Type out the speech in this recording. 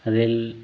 rail